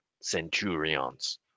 Centurions